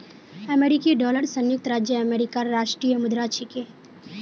अमेरिकी डॉलर संयुक्त राज्य अमेरिकार राष्ट्रीय मुद्रा छिके